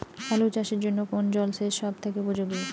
আলু চাষের জন্য কোন জল সেচ সব থেকে উপযোগী?